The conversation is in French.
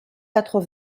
quatre